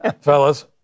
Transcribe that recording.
fellas